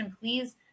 Please